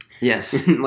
Yes